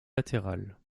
latérales